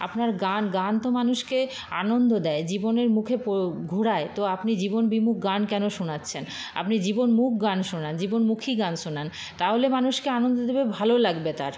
আপনার গান গান তো মানুষকে আনন্দ দেয় জীবনের মুখে ঘোরায় তো আপনি জীবন বিমুখ গান কেন শোনাচ্ছেন আপনি জীবনমুখ গান শোনান জীবনমুখী গান শোনান তাহলে মানুষকে আনন্দ দেবে ভালো লাগবে তার